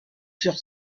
sur